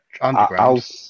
Underground